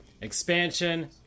Expansion